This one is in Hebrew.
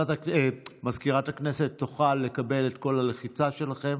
מזכירת הכנסת תוכל לקבל כל לחיצה שלכם